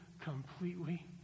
completely